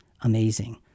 amazing